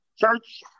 church